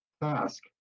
task